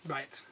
Right